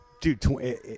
Dude